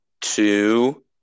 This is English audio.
two